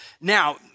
Now